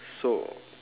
so